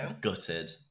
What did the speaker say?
gutted